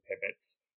pivots